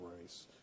race